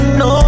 no